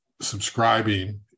subscribing